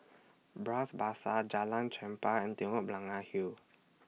Bras Basah Jalan Chempah and Telok Blangah Hill